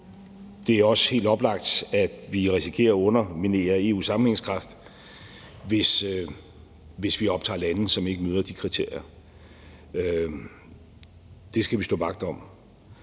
det er også helt oplagt, at vi risikerer at underminere EU's sammenhængskraft, hvis vi optager lande, som ikke møder de kriterier. Det skal vi stå vagt om.